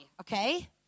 okay